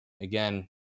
again